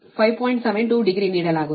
72 degree ನೀಡಲಾಗುತ್ತದೆ